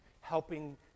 helping